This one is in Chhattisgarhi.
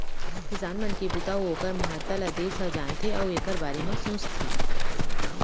किसान मन के बूता अउ ओकर महत्ता ल देस ह जानथे अउ एकर बारे म सोचथे